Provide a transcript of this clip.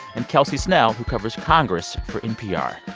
and kelsey snell, who covers congress for npr.